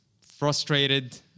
frustrated